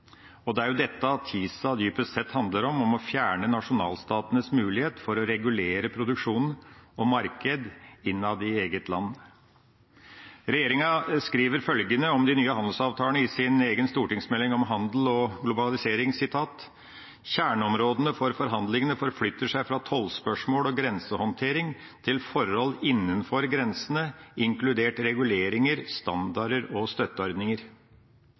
Det er dette TISA dypest sett handler om: å fjerne nasjonalstatenes mulighet for å regulere produksjonen og marked innad i eget land. Regjeringa skriver følgende om de nye handelsavtalene i sin egen stortingsmelding om handel og globalisering: «Kjerneområdene for forhandlingene forflytter seg fra tollspørsmål og grensehåndtering til forhold innenfor grensene, inkludert reguleringer, standarder og støtteordninger.»